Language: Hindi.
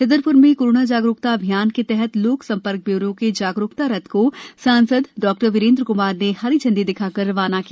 छतरपुर में कोरोना जागरूकता अभियान के तहत लोक संपर्क ब्यूरो के जागरूकता रथ को सांसद डॉ वीरेंद्र कुमार ने हरी झंडी दिखाकर रवाना किया